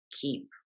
keep